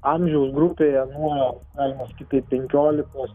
amžiaus grupėje nuo galima sakyt taip penkiolikos